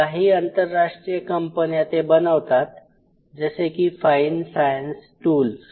काही अंतरराष्ट्रीय कंपन्या ते बनवतात जसे की फाइन सायन्स टूल्स